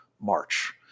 march